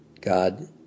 God